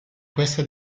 questa